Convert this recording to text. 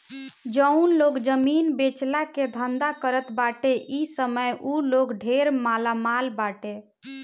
जउन लोग जमीन बेचला के धंधा करत बाटे इ समय उ लोग ढेर मालामाल बाटे